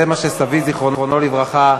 זה מה שסבי זיכרונו לברכה,